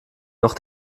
noch